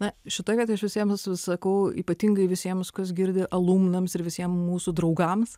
na šitoj vietoj aš visiems sakau ypatingai visiems kas girdi alumnams ir visiem mūsų draugams